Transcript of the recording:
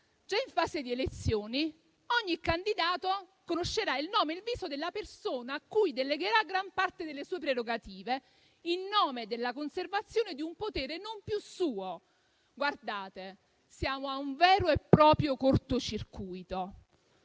già in fase di elezioni, ogni candidato conoscerà il nome e il viso della persona a cui delegherà gran parte delle sue prerogative in nome della conservazione di un potere non più suo. Guardate, siamo a un vero e proprio cortocircuito.